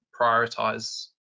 prioritize